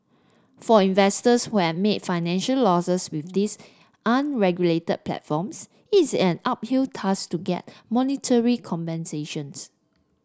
for investors who have made financial losses with these unregulated platforms it is an uphill task to get monetary compensations